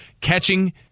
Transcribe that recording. catching